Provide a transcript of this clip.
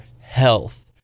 health